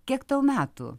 kiek tau metų